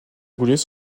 brûlées